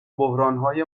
بحرانهای